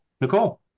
Nicole